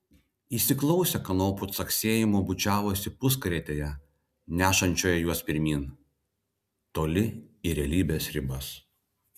įsiklausę kanopų caksėjimo bučiavosi puskarietėje nešančioje juos pirmyn toli į realybės ribas